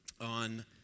on